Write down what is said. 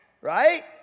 Right